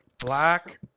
Black